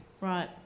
Right